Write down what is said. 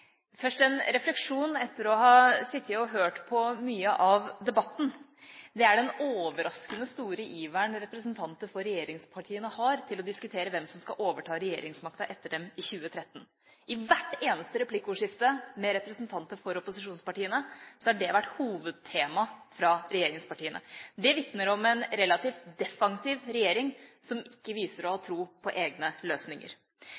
Først en refleksjon etter å ha sittet og hørt på mye av debatten: Det er en overraskende stor iver fra representanter for regjeringspartiene til å diskutere hvem som skal overta regjeringsmakten etter dem i 2013. I hvert eneste replikkordskifte med representanter for opposisjonspartiene har det vært hovedtema fra regjeringspartiene. Det vitner om en relativt defensiv regjering som ikke viser å ha tro på egne løsninger.